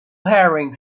wearing